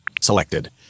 Selected